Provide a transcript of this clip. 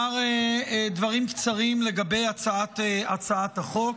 אומר דברים קצרים לגבי הצעת החוק.